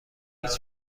هیچ